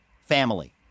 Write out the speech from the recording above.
family